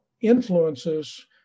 influences